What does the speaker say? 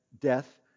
death